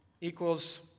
equals